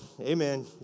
Amen